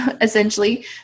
essentially